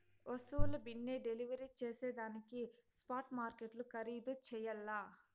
వస్తువుల బిన్నే డెలివరీ జేసేదానికి స్పాట్ మార్కెట్లు ఖరీధు చెయ్యల్ల